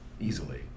easily